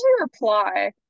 reply